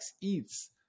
EATS